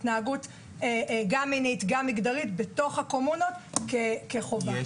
התנהגות מיני ומגדרית בתוך הקומונה כחובה.